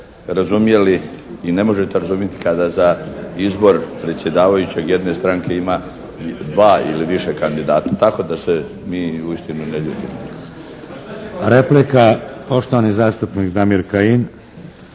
razumjeli i ne možete razumjeti kada za izbor predsjedavajućeg jedne stranke ima dva ili više kandidata. Tako da se mi uistinu ne ljutimo.